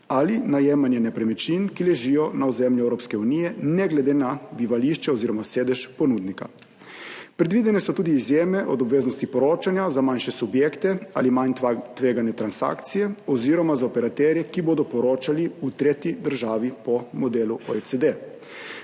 ali najemanje nepremičnin, ki ležijo na ozemlju Evropske unije ne glede na bivališče oziroma sedež ponudnika. Predvidene so tudi izjeme od obveznosti poročanja za manjše subjekte ali manjtvegane transakcije oziroma za operaterje, ki bodo poročali v tretji državi po modelu OECD.